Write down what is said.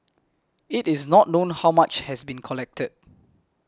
it is not known how much has been collected